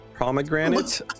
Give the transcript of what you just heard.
Pomegranate